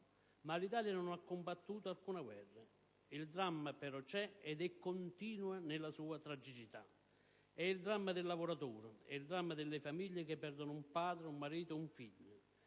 Ma l'Italia non ha combattuto alcuna guerra. Il dramma però c'è, ed è continuo nella sua tragicità. È il dramma del lavoratore, delle famiglie che perdono un padre, un marito, un figlio: